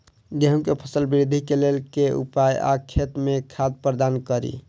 गेंहूँ केँ फसल वृद्धि केँ लेल केँ उपाय आ खेत मे खाद प्रदान कड़ी?